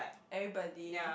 everybody